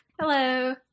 Hello